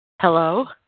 Hello